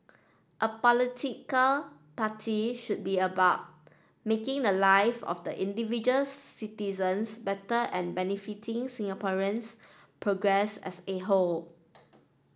a political party should be about making the life of the individual citizens better and benefiting Singaporeans progress as a whole